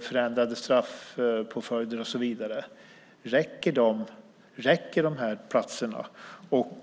förändrade straffpåföljder och så vidare? Räcker de här platserna?